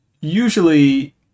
usually